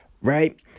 right